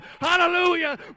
hallelujah